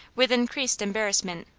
with increased embarrassment,